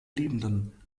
liebenden